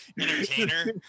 entertainer